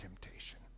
temptation